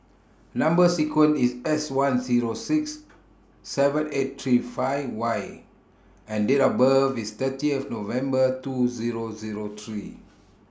Number sequence IS S one Zero six seven eight three five Y and Date of birth IS thirty of November two Zero Zero three